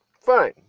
fine